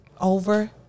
Over